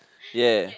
yeah